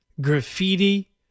graffiti